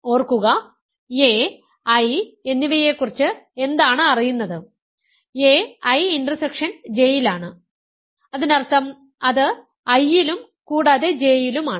ഓർക്കുക a I എന്നിവയെക്കുറിച്ച് എന്താണ് അറിയുന്നത് a I ഇന്റർസെക്ഷൻ J യിലാണ് അതിനർത്ഥം അത് I യിലും കൂടാതെ J യിലുമാണ്